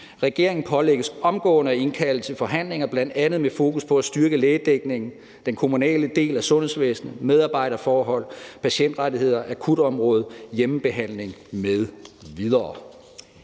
Regeringen pålægges omgående at indkalde til forhandlinger bl.a. med fokus på at styrke lægedækningen, den kommunale del af sundhedsvæsenet, medarbejderforhold, patientrettigheder, akutområdet, hjemmebehandling m.v.«